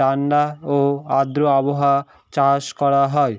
ঠাণ্ডা ও আর্দ্র আবহাওয়ায় চাষ করা হয়